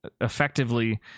effectively